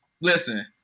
listen